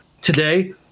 today